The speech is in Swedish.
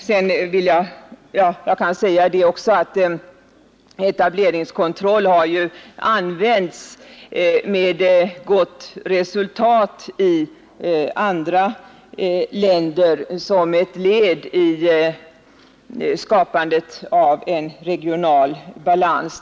Man har med gott resultat använt etableringskontroll i andra länder som ett led i skapandet av en regional balans.